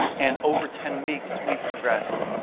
and over ten weeks we progressed,